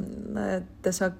na tiesiog